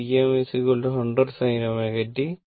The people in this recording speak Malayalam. ഇത് r Vm 100 sin ω t